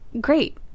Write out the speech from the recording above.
great